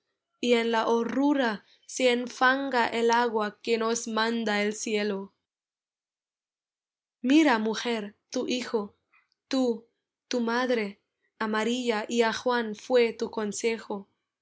y en la horrura se enfanga el agua que nos manda el cielo mira mujer tu hijo tú tu madre á maría y á juan fué tu consejo